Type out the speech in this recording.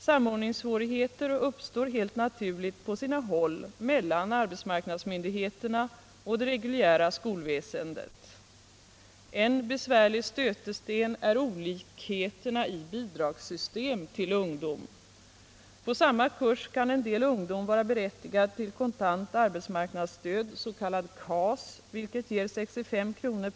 Samordningssvårigheter uppstår helt naturligt på sina håll mellan arbetsmarknadsmyndigheterna och det reguljära skolväsendet. En besvärlig stötesten är olikheterna i bidragssystem till ungdom. På samma kurs kan en del ungdomar vara berättigade till kontant arbetsmarknadsstöd, s.k. KAS, vilket ger 65 kr.